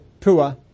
Pua